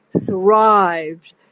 thrived